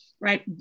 right